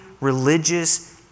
religious